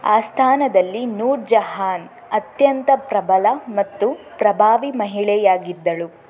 ಆಸ್ಥಾನದಲ್ಲಿ ನೂರ್ ಜಹಾನ್ ಅತ್ಯಂತ ಪ್ರಬಲ ಮತ್ತು ಪ್ರಭಾವಿ ಮಹಿಳೆಯಾಗಿದ್ದಳು